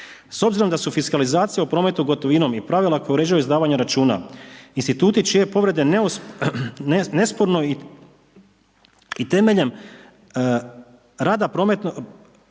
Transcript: S obzirom da su fiskalizacija o prometu gotovinom i pravila koja uređuju izdavanja računa instituti čije povrede nesporno i temeljem rada prometno,